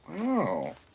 Wow